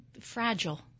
fragile